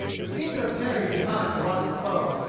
which seemed to have tarried behind to watch the foe,